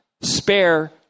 spare